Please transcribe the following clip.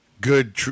good